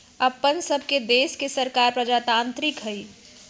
अप्पन सभके देश के सरकार प्रजातान्त्रिक हइ